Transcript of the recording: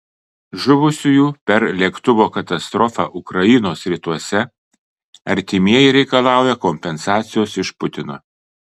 žuvusiųjų per lėktuvo katastrofą ukrainos rytuose artimieji reikalauja kompensacijos iš putino